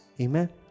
Amen